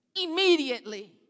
immediately